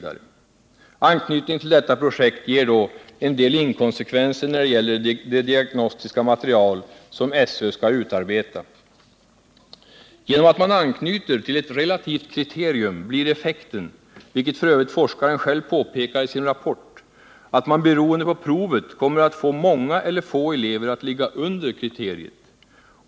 Anknytningen till detta projekt ger då en del inkonsekvenser, när det gäller det diagnostiska material som SÖ skall utarbeta. Genom att man anknyter till ett relativt kriterium blir effekten — vilket f. ö. forskaren själv påpekar i sin rapport — att man beroende på provet kommer att få många eller få elever att ligga under kriteriet.